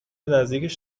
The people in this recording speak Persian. نزدیک